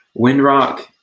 Windrock